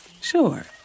Sure